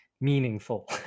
meaningful